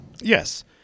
Yes